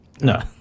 no